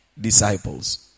disciples